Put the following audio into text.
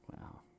Wow